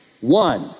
one